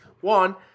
One